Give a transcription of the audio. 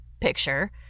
picture